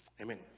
Amen